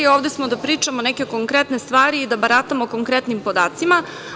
Ovde smo da pričamo neke konkretne stvari i da baratamo konkretnim podacima.